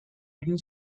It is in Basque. egin